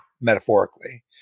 metaphorically